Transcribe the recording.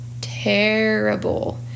terrible